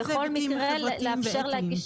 התשל"ה-1975, הנוגעים לעניין,